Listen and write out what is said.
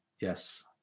Yes